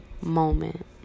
moment